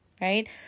right